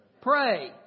Pray